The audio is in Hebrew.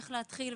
מאיפה להתחיל,